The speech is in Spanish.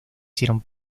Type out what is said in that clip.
hicieron